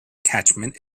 catchment